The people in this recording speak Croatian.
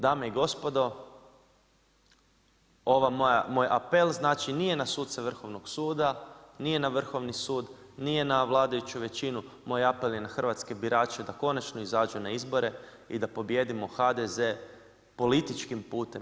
Dame i gospodo, ovaj moj apel, znači, nije na suce Vrhovnog suda, nije na Vrhovni sud, nije na vladajuću većinu, moj apel je na hrvatske birače da konačno izađu na izbore i da pobijedimo HDZ političkim putem.